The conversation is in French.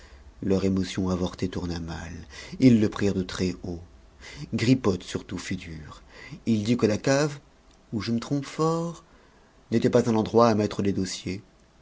leur émotion avortée tourna mal ils le prirent de très haut gripothe surtout fut dur il dit que la cave ou je me trompe fort n'était pas un endroit à mettre des dossiers